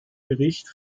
bericht